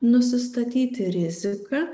nusistatyti riziką